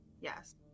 Yes